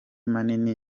manini